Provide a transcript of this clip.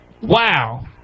Wow